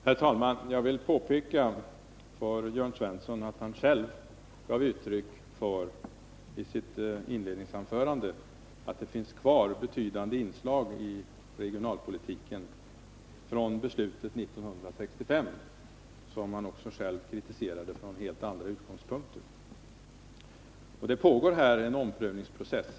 Herr talman! Jag vill påpeka för Jörn Svensson att han själv i sitt inledningsanförande gav uttryck för uppfattningen att det finns kvar betydande inslag av regionalpolitiken från 1965, som han själv kritiserade från helt andra utgångspunkter. Det pågår en omprövningsprocess.